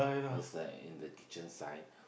is like in the kitchen side